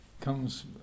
comes